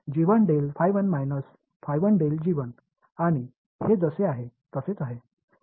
आणि हे जसे आहे तसेच आहे तसेच हे सर्व वर होते